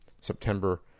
september